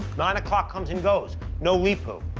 nine o'clock comes and goes. no leepu.